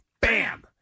bam